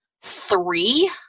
three